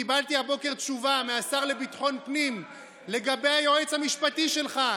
קיבלתי הבוקר תשובה מהשר לביטחון פנים לגבי היועץ המשפטי שלך,